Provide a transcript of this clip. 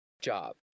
job